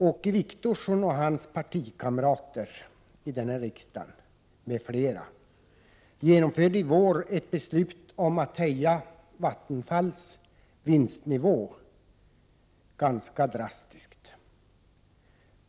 Åke Wictorsson och hans partikamrater i denna riksdag genomförde i år ett beslut om att höja Vattenfalls vinstnivå ganska drastiskt.